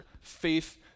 faith